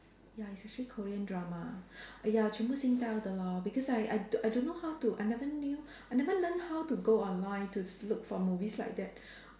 ya it's actually Korean drama ya 全部 Singtel 的 lor because I I d~ I don't know how to I never knew I never learn how to go online to look for movies like that